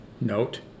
note